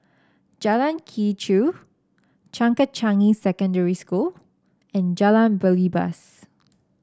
Jalan Quee Chew Changkat Changi Secondary School and Jalan Belibas